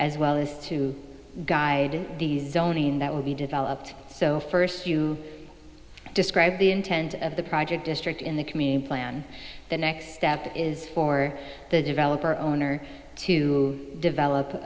as well as to guide the zoning that will be developed so first you describe the intent of the project district in the community plan the next step is for the developer owner to develop